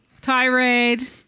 Tirade